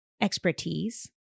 expertise